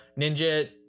Ninja